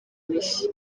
mishya